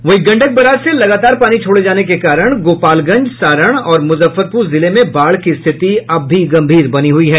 वहीं गंडक बराज से लगातार पानी छोड़े जाने के कारण गोपालगंज सारण और मुजफ्फरपुर जिले में बाढ़ की स्थिति अब भी गम्भीर बनी हुई है